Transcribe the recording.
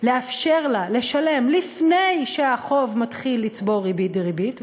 לאפשר לה לשלם לפני שהחוב מתחיל לצבור ריבית דריבית,